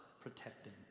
protecting